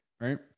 Right